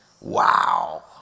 Wow